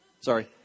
Sorry